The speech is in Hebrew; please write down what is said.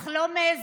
אך לא מעיזים.